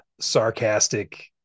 sarcastic